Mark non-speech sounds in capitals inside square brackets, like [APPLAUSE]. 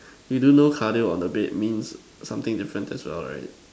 [BREATH] you do know cardio on the bed means something different as well right